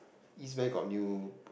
East where got new